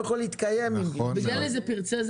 זה קרה בגלל איזה פרצה,